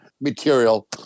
material